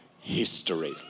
history